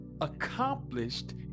accomplished